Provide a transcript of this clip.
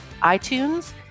itunes